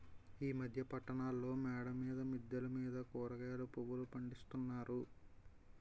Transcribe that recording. ఈ మధ్య పట్టణాల్లో మేడల మీద మిద్దెల మీద కూరగాయలు పువ్వులు పండిస్తున్నారు